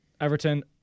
Everton